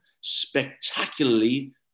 spectacularly